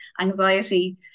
anxiety